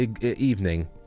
evening